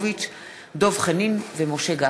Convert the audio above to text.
יש הודעה של מזכירת הכנסת, בבקשה.